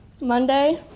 Monday